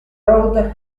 road